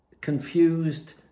confused